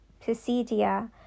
Pisidia